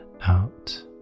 out